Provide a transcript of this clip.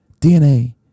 DNA